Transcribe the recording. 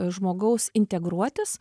žmogaus integruotis